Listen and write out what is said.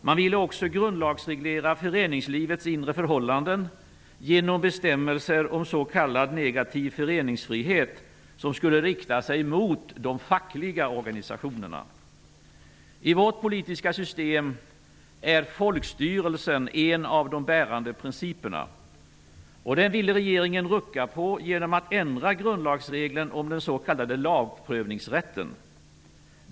Man ville också grundlagsreglera föreningslivets inre förhållanden genom bestämmelser om s.k. negativ föreningsfrihet som skulle rikta sig mot de fackliga organisationerna. I vårt politiska system är folkstyrelsen en av de bärande principerna. Den ville regeringen rucka på genom att ändra grundlagsregeln om den s.k. lagprövningsrätten.